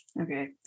okay